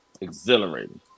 exhilarating